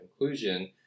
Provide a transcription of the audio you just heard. inclusion